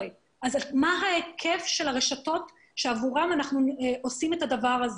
אז מה ההיקף של הרשתות שעבורן אנחנו עושים את הדבר הזה?